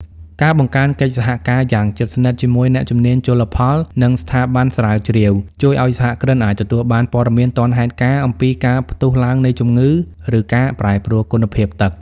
ការបង្កើនកិច្ចសហការយ៉ាងជិតស្និទ្ធជាមួយអ្នកជំនាញជលផល និងស្ថាប័នស្រាវជ្រាវ ជួយឱ្យសហគ្រិនអាចទទួលបានព័ត៌មានទាន់ហេតុការណ៍អំពីការផ្ទុះឡើងនៃជំងឺ ឬការប្រែប្រួលគុណភាពទឹក។